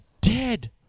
dead